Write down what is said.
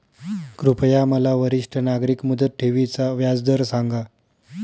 कृपया मला वरिष्ठ नागरिक मुदत ठेवी चा व्याजदर सांगा